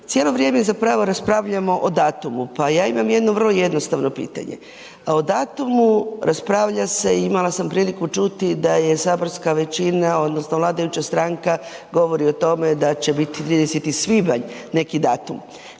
Cijelo vrijeme zapravo raspravljamo o datumu pa ja imam vrlo jednostavno pitanje. O datumu raspravlja se, imala sam priliku čuti da je saborska većina odnosno vladajuća stranka govori o tome da će biti 30. svibanj neki datum